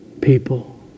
people